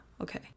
okay